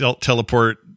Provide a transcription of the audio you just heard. teleport